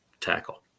tackle